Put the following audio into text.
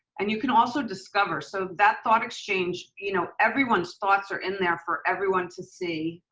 and you can also discover, so that thought exchange, you know everyone's thoughts are in there for everyone to see.